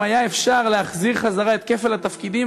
אם היה אפשר להחזיר את כפל התפקידים,